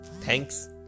Thanks